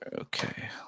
Okay